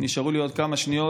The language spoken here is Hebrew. נשארו לי עוד כמה שניות,